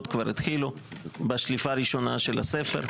כבר התחילו בשליפה הראשונה של הספר.